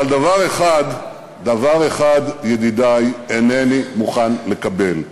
אבל דבר אחד, דבר אחד, ידידי, אינני מוכן לקבל,